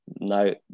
No